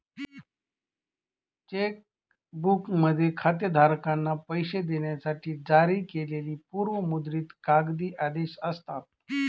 check बुकमध्ये खातेधारकांना पैसे देण्यासाठी जारी केलेली पूर्व मुद्रित कागदी आदेश असतात